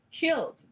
killed